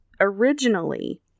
originally